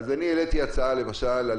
העליתי הצעה, למשל, על